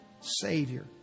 Savior